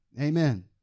Amen